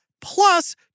plus